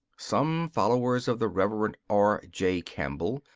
some followers of the reverend r j campbell,